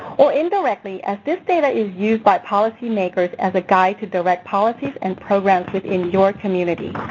or indirectly as this data is used by policymakers as a guide to direct policies and programs within your community.